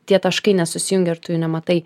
tie taškai nesusijungia ir tu jų nematai